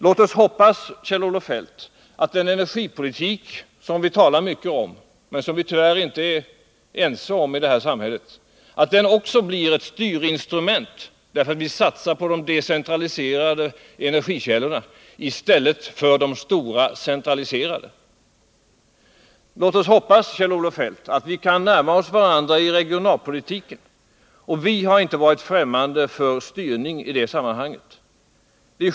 Låt oss hoppas, Kjell-Olof Feldt, att den energipolitik som vi talar mycket om men som vi tyvärr inte är ense om i vårt samhälle också blir ett styrinstrument genom att vi satsar på de decentraliserade energikällorna i stället för på de stora centraliserade. Låt oss hoppas, Kjell-Olof Feldt, att vi kan närma oss varandra i regionalpolitiken. Vi har inte varit främmande för styrning i det sammanhanget.